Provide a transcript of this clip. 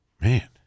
Man